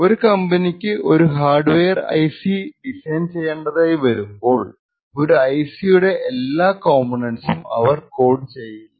ഒരു കമ്പനിക്ക് ഒരു ഹാർഡ്വെയർ ഐ സി ഡിസൈൻ ചെയ്യേണ്ടതായി വരുമ്പോൾ ഒരു ഐ സിയുടെ എല്ലാ കംപോണേന്റ്സും അവർ കോഡ് ചെയ്യില്ല